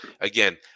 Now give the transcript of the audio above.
again